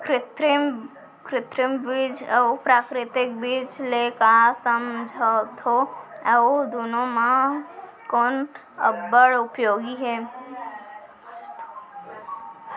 कृत्रिम बीज अऊ प्राकृतिक बीज ले का समझथो अऊ दुनो म कोन अब्बड़ उपयोगी हे?